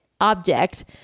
object